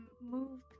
move